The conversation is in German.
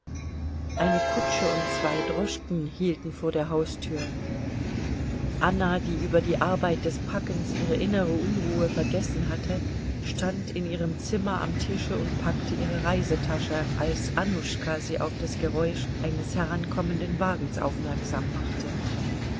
eine kutsche und zwei droschken hielten vor der haustür anna die über der arbeit des packens ihre innere unruhe vergessen hatte stand in ihrem zimmer am tische und packte ihre reisetasche als annuschka sie auf das geräusch eines herankommenden wagens aufmerksam machte